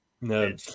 No